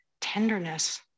tenderness